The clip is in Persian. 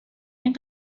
این